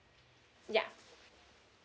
ya